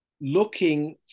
looking